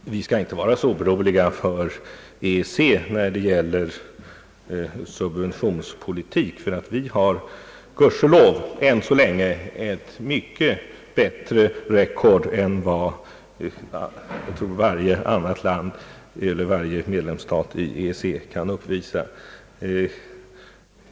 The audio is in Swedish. Vi ska f. ö. ej vara så oroliga för reaktioner från EEC när det gäller subventionspolitik, ty vi har, gudskelov, än så länge ett mycket bättre »record« än vad medlemsstaterna i EEC kan upp visa.